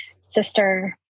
sister